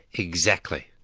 exactly.